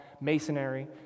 masonry